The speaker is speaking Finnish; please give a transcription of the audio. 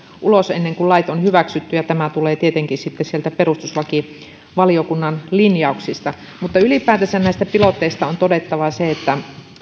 ulos ennen kuin lait on hyväksytty ja tämä tulee tietenkin sitten sieltä perustuslakivaliokunnan linjauksista mutta ylipäätänsä näistä piloteista on todettava se että